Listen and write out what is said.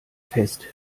fest